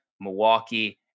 Milwaukee